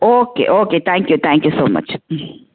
okay okay thank you thank you so much ம்